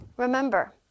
Remember